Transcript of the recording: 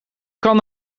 kan